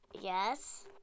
yes